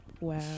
wow